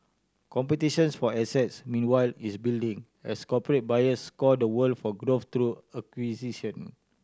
competition for assets meanwhile is building as corporate buyers scour the world for growth through acquisition